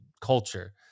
culture